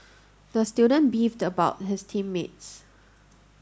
the student beefed about his team mates